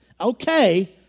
Okay